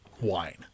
wine